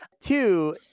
two